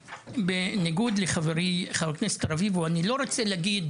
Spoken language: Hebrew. בניגוד לחבר הכנסת רביבו, אני לא רוצה להגיד